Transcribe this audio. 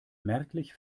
merklich